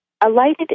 alighted